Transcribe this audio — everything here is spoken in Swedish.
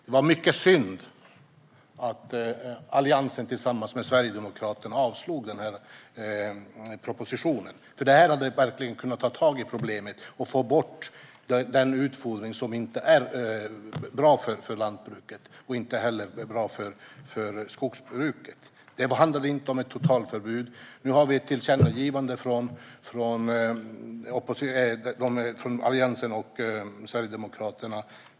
Det var mycket synd att Alliansen tillsammans med Sverigedemokraterna avslog propositionen, för med den hade man verkligen kunnat ta tag i problemen och få bort den utfodring som inte är bra för lantbruket och heller inte för skogsbruket. Det handlar inte om något totalförbud. Nu har vi ett tillkännagivande från Alliansen och Sverigedemokraterna.